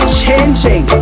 changing